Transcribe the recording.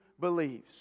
believes